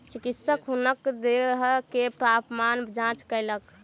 चिकित्सक हुनकर देह के तापमान जांच कयलक